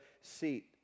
seat